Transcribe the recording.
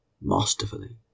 masterfully